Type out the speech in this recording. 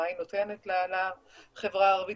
מה היא נותנת לחברה הערבית,